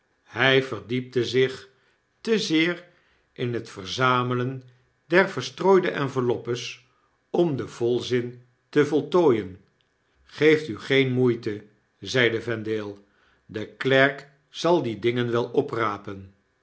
hy verdiepte zich te zeer in het verzamelen der verstrooide enveloppes om den volzin te voltooien m geef u geen moeite zeide vendale de klerk zal die dingen wel oprapen